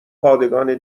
پادگان